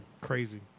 Crazy